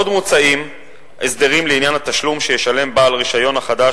עוד מוצעים הסדרים לעניין התשלום שישלם בעל הרשיון החדש